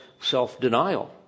self-denial